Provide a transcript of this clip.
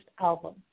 album